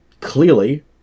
clearly